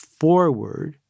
forward